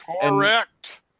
Correct